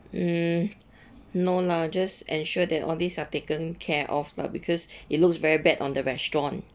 mm no lah just ensure that all these are taken care of lah because it looks very bad on the restaurant